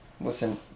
Listen